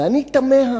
ואני תמה,